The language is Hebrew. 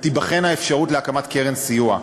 ותיבחן האפשרות להקים קרן סיוע.